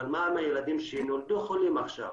אבל מה עם הילדים שנולדו חולים עכשיו?